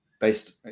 based